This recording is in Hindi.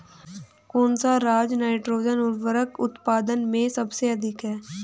कौन सा राज नाइट्रोजन उर्वरक उत्पादन में सबसे अधिक है?